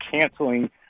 canceling